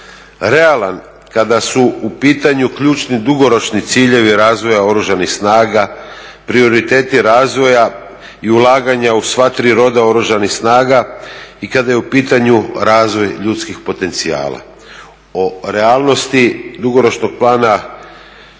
realan kada su u pitanju ključni dugoročni ciljevi razvoja Oružanih snaga, prioriteti razvoja i ulaganja u sva tri roda Oružanih snaga i kada je u pitanju razvoj ljudskih potencijala. O realnosti dugoročnog plana